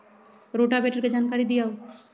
Rotavator के जानकारी दिआउ?